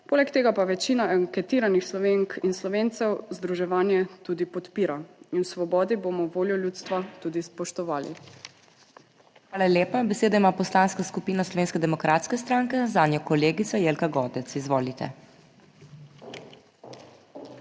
Poleg tega pa večina anketiranih Slovenk in Slovencev združevanje tudi podpira in v Svobodi bomo voljo ljudstva tudi spoštovali. PODPREDSEDNICA MAG. MEIRA HOT: Hvala lepa. Besedo ima Poslanska skupina Slovenske demokratske stranke, zanjo kolegica Jelka Godec. Izvolite.